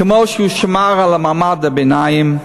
כמו שהוא שמר על מעמד הביניים,